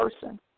person